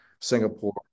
Singapore